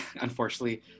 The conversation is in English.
unfortunately